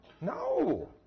No